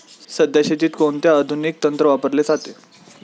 सध्या शेतीत कोणते आधुनिक तंत्र वापरले जाते?